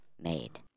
made